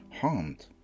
harmed